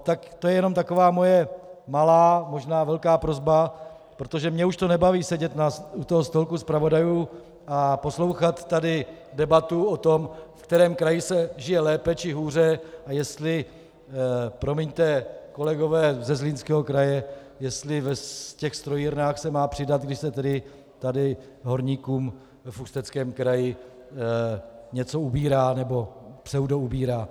Tak to je jenom taková moje malá možná velká prosba, protože mě už to nebaví sedět u stolku zpravodajů a poslouchat tady debatu o tom, ve kterém kraji se žije lépe či hůře a jestli, promiňte kolegové ze Zlínského kraje, jestli v těch strojírnách se má přidat, když se tady horníkům v Ústeckém kraji něco ubírá nebo pseudoubírá.